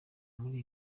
muri